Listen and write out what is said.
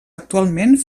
actualment